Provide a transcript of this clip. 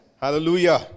Hallelujah